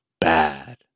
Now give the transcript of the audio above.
bad